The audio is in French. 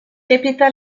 répéta